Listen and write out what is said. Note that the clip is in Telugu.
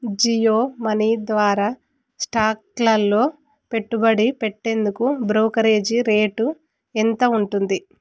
జియో మనీ ద్వారా స్టాక్లల్లో పెట్టుబడి పెట్టేందుకు బ్రోకరేజీ రేటు ఎంత ఉంటుంది